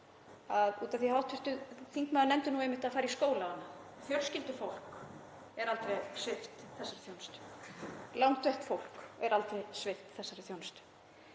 því að hv. þingmaður nefndi einmitt að fara í skóla, að fjölskyldufólk er aldrei svipt þessari þjónustu. Langveikt fólk er aldrei svipt þessari þjónustu.